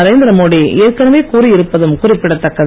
நரேந்திர மோடி ஏற்கனவே கூறியிருப்பதும் குறிப்பிடத்தக்கது